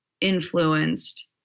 influenced